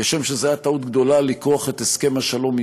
כשם שזו הייתה טעות גדולה לכרוך את הסכם השלום עם